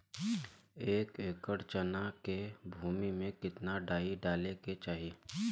एक एकड़ चना के भूमि में कितना डाई डाले के चाही?